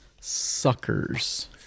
suckers